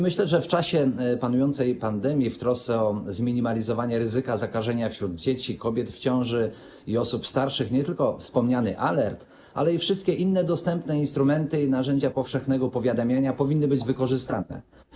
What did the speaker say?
Myślę, że w czasie panującej pandemii w trosce o zminimalizowanie ryzyka zakażenia wśród dzieci, kobiet w ciąży i osób starszych nie tylko wspomniany alert, ale i wszystkie inne dostępne instrumenty i narzędzia powszechnego powiadamiania powinny być wykorzystane.